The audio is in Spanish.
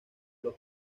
los